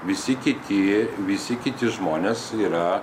visi kiti visi kiti žmonės yra